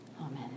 Amen